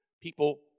people